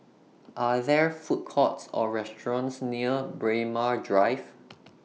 Are There Food Courts Or restaurants near Braemar Drive